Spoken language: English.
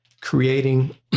creating